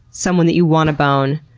someone that you wanna bone,